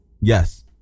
Yes